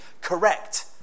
correct